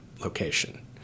location